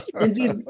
Indeed